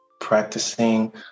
practicing